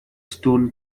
stone